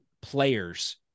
players